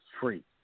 free